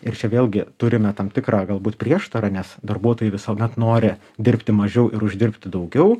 ir čia vėlgi turime tam tikrą galbūt prieštarą nes darbuotojai visuomet nori dirbti mažiau ir uždirbti daugiau